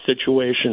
situation